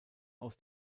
aus